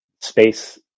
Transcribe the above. space